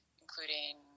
including